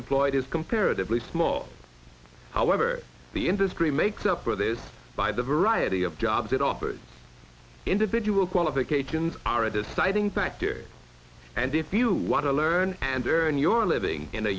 employed is comparatively small however the industry makes up for this by the variety of jobs it offers individual qualifications are a deciding factor and if you want to learn and earn your living in a